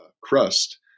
crust